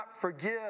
forgive